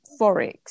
Forex